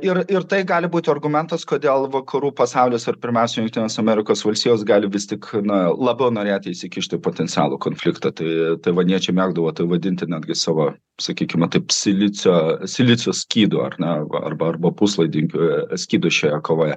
ir ir tai gali būti argumentas kodėl vakarų pasaulis ar pirmiausiai jungtinės amerikos valstijos gali vis tik na labiau norėti įsikišti į potencialų konfliktą tai taivaniečiai mėgdavo tai vadinti netgi savo sakykime taip silicio silicio skydu ar ne arba arba puslaidininkių skydu šioje kovoje